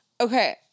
Okay